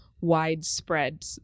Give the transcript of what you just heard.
widespread